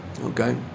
okay